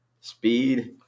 speed